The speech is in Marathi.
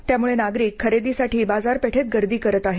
त्यामुळे नागरिक खरेदीसाठी बाजारपेठेत गर्दी करत आहेत